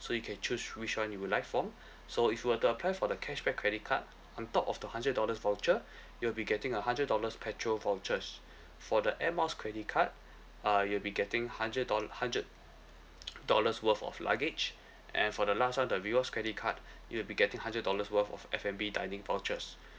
so you can choose which one you would like from so if you were to apply for the cashback credit card on top of the hundred dollars voucher you'll be getting a hundred dollars petrol vouchers for the air miles credit card uh you'll be getting hundred dollar hundred dollars worth of luggage and for the last one the rewards credit card you'll be getting hundred dollars worth of F&B dining vouchers